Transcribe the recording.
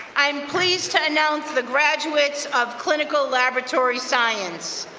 i'm pleased to announce the graduates of clinical laboratory science.